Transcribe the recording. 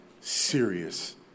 serious